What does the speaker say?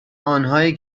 آنهایی